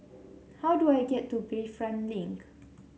how do I get to Bayfront Link